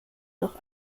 noch